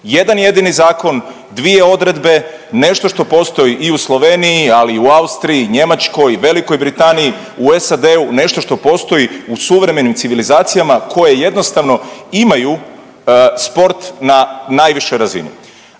Jedan jedini zakon, dvije odredbe, nešto što postoji i u Sloveniji, ali i u Austriji, Njemačkoj, Velikoj Britaniji, u SAD-u, nešto što postoji u suvremenim civilizacijama koje jednostavno imaju sport na najvišoj razini.